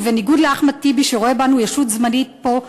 ובניגוד לאחמד טיבי שרואה בנו ישות זמנית פה,